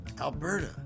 Alberta